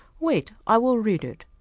wait, i will read it.